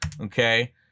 okay